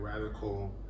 radical